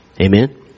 Amen